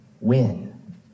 win